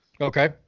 Okay